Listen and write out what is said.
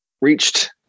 reached